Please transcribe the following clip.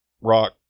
rock